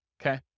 okay